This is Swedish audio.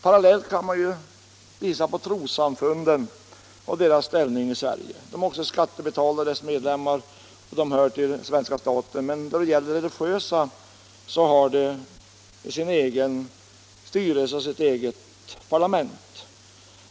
Parallellt kan man ju se på trossamfunden och deras ställning här i landet. Deras medlem mar är också skattebetalare och hör till svenska staten, men när det gäller de religiösa frågorna har de sin egen styrelse och sina egna parlament.